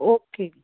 okay